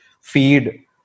feed